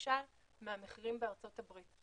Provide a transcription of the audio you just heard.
למשל מהמחירים בארצות הברית.